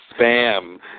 Spam